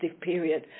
period